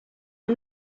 i’m